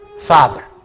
Father